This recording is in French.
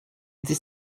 dix